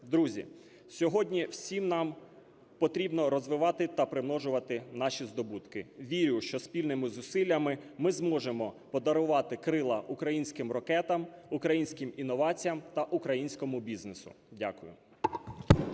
Друзі, сьогодні всім нам потрібно розвивати та примножувати наші здобутки. Вірю, що спільними зусиллями ми зможемо подарувати крила українським ракетам, українським інноваціям та українському бізнесу. Дякую.